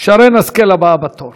מי הבא בתור?